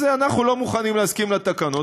אז אנחנו לא מוכנים להסכים לתקנות.